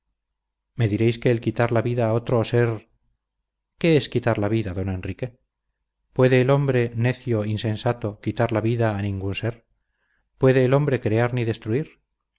me diréis que el quitar la vida a otro ser qué es quitar la vida don enrique puede el hombre necio insensato quitar la vida a ningún ser puede el hombre crear ni destruir